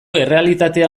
errealitatea